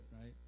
right